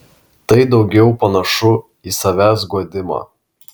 tai daugiau panašu į savęs guodimą